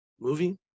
movie